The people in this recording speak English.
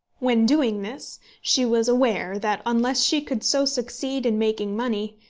when doing this she was aware that unless she could so succeed in making money,